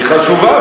היא חשובה,